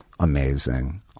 amazing